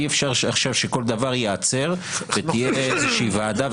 אי-אפשר שכל דבר ייעצר ותהיה ועדה.